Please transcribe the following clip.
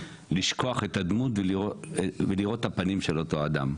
לשכוח את הדמות ולראות את הפנים של אותו אדם.